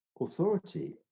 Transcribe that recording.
authority